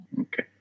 Okay